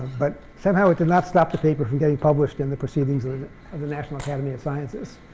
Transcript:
but somehow it did not stop the paper from getting published in the proceedings ah of the national academy of sciences